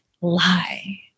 lie